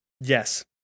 Yes